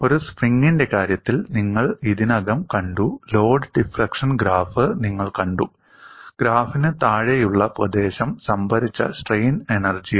ഒരു സ്പ്രിംഗിന്റെ കാര്യത്തിൽ നിങ്ങൾ ഇതിനകം കണ്ടു ലോഡ് ഡിഫ്ലെക്ഷൻ ഗ്രാഫ് നിങ്ങൾ കണ്ടു ഗ്രാഫിന് താഴെയുള്ള പ്രദേശം സംഭരിച്ച സ്ട്രെയിൻ എനർജിയാണ്